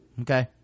Okay